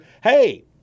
Hey